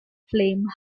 flame